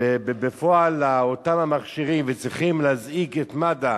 בפועל לאותם המכשירים וצריכים להזעיק את מד"א,